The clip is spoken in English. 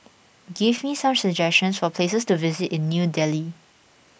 give me some suggestions for places to visit in New Delhi